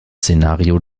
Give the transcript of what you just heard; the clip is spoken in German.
szenario